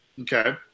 Okay